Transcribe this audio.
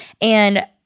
And-